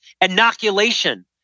inoculation